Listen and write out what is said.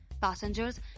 Passengers